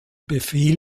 befehl